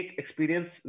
experience